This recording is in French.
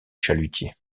chalutiers